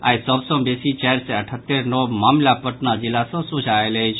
आइ सभ सॅ बेसी चारि सय अठहत्तरि नव मामिला पटना जिला सॅ सोझा आयल अछि